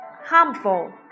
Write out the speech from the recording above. harmful